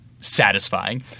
satisfying